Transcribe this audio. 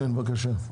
בבקשה.